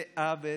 זה עוול